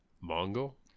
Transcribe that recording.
Mongol